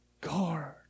guard